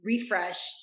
refresh